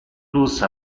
plus